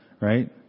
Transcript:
right